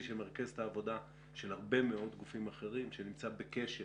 שמרכז את העבודה של הרבה מאוד גופים אחרים ונמצא בקשר